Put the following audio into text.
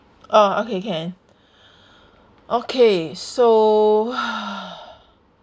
uh okay can okay so